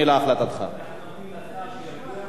ישיבה גדולה.